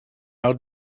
how